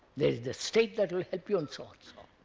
there is the state that will help yeah and sort of